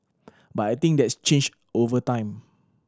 but I think that's changed over time